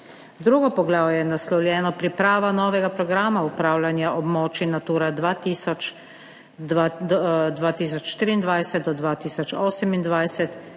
Drugo poglavje je naslovljeno Priprava novega programa upravljanja območij Natura 2000 2023-2028,